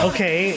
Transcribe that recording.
Okay